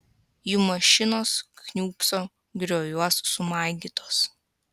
jų mašinos kniūbso grioviuos sumaigytos